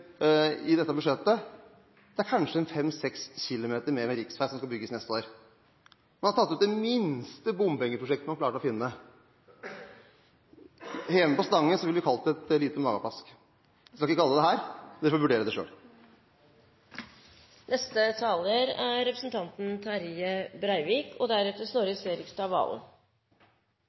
i dette budsjettet? Det er kanskje en fem–seks kilometer mer med riksvei som skal bygges neste år. Man har tatt ut det minste bompengeprosjektet man klarte å finne. Hjemme på Stange ville vi kalt dette et lite «magaplask». Jeg skal ikke kalle det det her. Dere får vurdere det selv. Innleiingsvis nyttar eg høvet til å gratulera finansministeren og